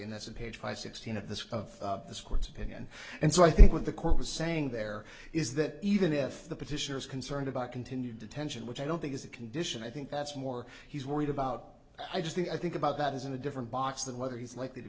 and that's a page by sixteen of this of this court's opinion and so i think what the court was saying there is that even if the petitioner is concerned about continued detention which i don't think is a condition i think that's more he's worried about i just think i think about that is in a different box than whether he's likely to